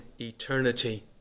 eternity